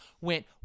went